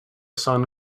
sun